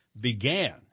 began